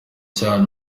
cyane